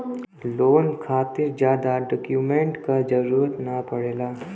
loan खातिर जादा document क जरुरत न पड़ेला